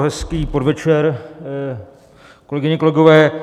Hezký podvečer, kolegyně, kolegové.